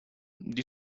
die